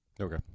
Okay